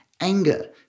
anger